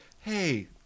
hey